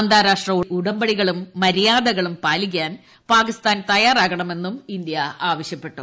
അന്താരാഷ്ട്ര ഉടമ്പടികളും മര്യാദകളും പാലിക്കാൻ പാകിസ്ഥാൻ തയ്യാറാകണമെന്ന് ഇന്ത്യ ആവശ്യപ്പെട്ടു